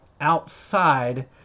outside